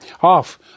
Half